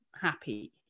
happy